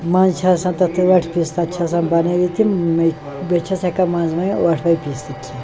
منٛز چھِ آسان تَتھ ٲٹھ پیٖس تَتھ چھِ آسان بنٲوِتھ تِم یِمٕے بہٕ چھَس ہٮ۪کان منٛز منٛز ٲٹھوٕے پیٖس تہِ کھیٚتھ